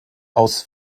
aus